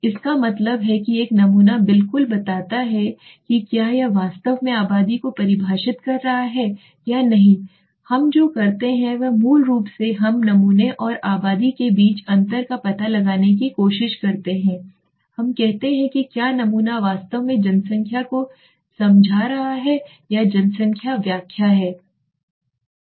इसका मतलब है कि एक नमूना बिल्कुल बताता है कि क्या यह वास्तव में आबादी को परिभाषित कर रहा है या नही हम जो करते हैं वह मूल रूप से हम नमूने और आबादी के बीच अंतर का पता लगाने की कोशिश करते हैं हम कहते हैं कि क्या नमूना वास्तव में जनसंख्या को समझा रहा है या जनसंख्या व्याख्या है